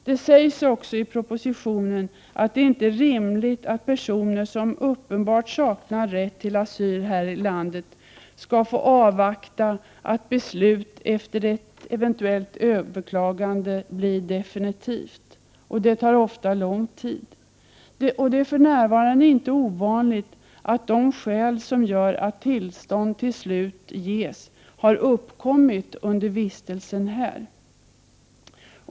Det sägs också i propositionen att det inte är rimligt att personer som uppenbart saknar rätt till asyl här i landet skall få avvakta att beslut efter ett eventuellt överklagande blir definitivt. Det tar ofta lång tid. Det är för närvarande inte ovanligt att de skäl som gör att tillstånd till slut ges har uppkommit under vistelsen här.